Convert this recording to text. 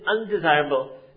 undesirable